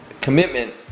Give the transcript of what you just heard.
commitment